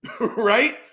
Right